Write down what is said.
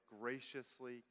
graciously